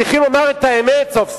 צריכים לומר את האמת סוף סוף.